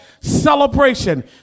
celebration